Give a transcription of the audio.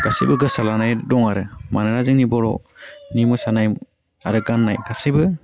गासैबो गोसारलानानै दङ आरो मानोना जोंनि बर'नि मोसानाय आरो गान्नाय गासिबो